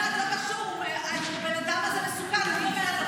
הזה מסוכן.